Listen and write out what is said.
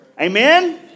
Amen